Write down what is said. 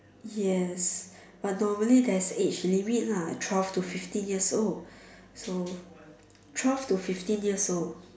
yes but normally there is age limit lah like twelve to fifty years old so twelve to fifteen years old